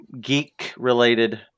geek-related